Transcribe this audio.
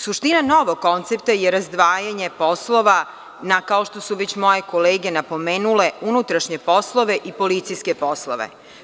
Suština novog koncepta je razdvajanje poslova na, kao što su već moje kolege napomenule, unutrašnje poslove i policijske poslove.